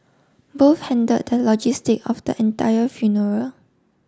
both handled the logistic of the entire funeral